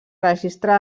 registre